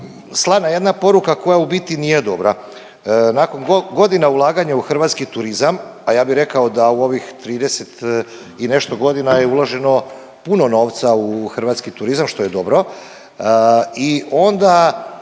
slana jedna poruka koja u biti nije dobra. Nakon godina ulaganja u hrvatski turizam, a ja bih rekao da u ovih 30 i nešto godina je uloženo puno novca u hrvatski turizam, što je dobro i onda